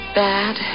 bad